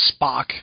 Spock